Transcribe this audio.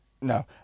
No